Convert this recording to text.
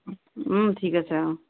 ওম ঠিক আছে অ